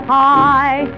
high